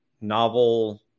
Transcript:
novel